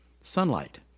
sunlight